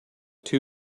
too